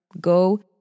Go